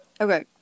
Okay